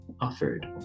offered